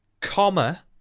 Comma